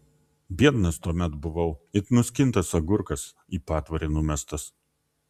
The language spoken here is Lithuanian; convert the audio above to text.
biednas tuomet buvau it nuskintas agurkas į patvorį numestas